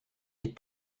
est